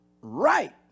right